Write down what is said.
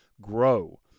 grow